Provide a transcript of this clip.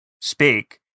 speak